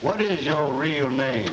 what is your real name